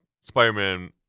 Spider-Man